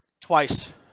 Twice